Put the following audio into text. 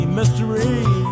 Mystery